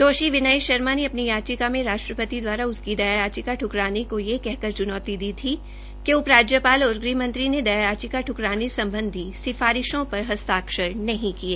दोषी विनय शर्मा ने अपनी याचिका में राष्ट्रपति द्वारा उसकी दया याचिका दुकराने को यह कहकर चुनौती दी थी कि उप राज्यपाल और गृहमंत्री ने दया याचिका दुकराने संबंधी सिफारिश पर हस्ताक्षर नहीं किए